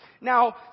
Now